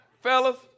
Fellas